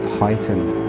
heightened